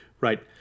Right